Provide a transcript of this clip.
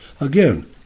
Again